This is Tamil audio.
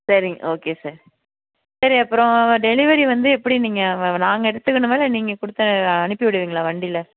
சரிங்க ஓகே சார் சரி அப்புறம் டெலிவரி வந்து எப்படி நீங்கள் நாங்கள் எடுத்துக்கணுமா இல்லை நீங்கள் கொடுத்து அனுப்பிவிடுவீங்களா வண்டியில்